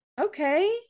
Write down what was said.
Okay